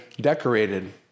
decorated